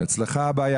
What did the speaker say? אגב,